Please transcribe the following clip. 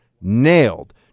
nailed